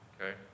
okay